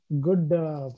good